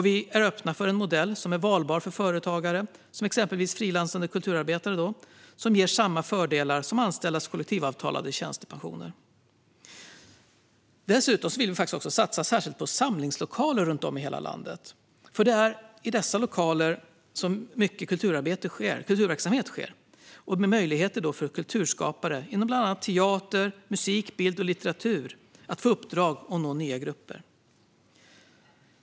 Vi är öppna för en modell som är valbar för företagare, exempelvis frilansande kulturarbetare, och som ger samma fördelar som anställdas kollektivavtalade tjänstepensioner. Dessutom vill vi satsa särskilt på samlingslokaler runt om i hela landet. I dessa lokaler sker mycket kulturverksamhet med möjligheter för kulturskapare inom bland annat teater, musik, bild och litteratur att få uppdrag och nå nya grupper.